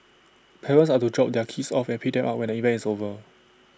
parents are to drop their kids off and pick them up when the event is over